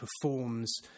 performs